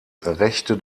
rechte